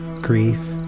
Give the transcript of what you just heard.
grief